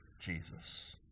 Jesus